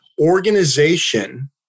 organization